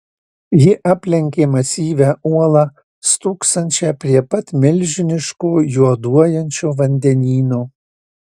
ji aplenkė masyvią uolą stūksančią prie pat milžiniško juoduojančio vandenyno